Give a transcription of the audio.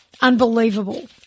Unbelievable